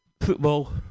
football